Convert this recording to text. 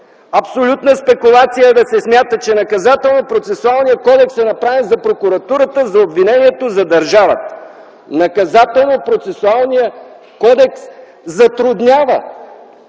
Абсолютна спекулация е да се смята, че Наказателно-процесуалният кодекс е направен за прокуратурата, за обвинението, за държавата. Той затруднява, да, затруднява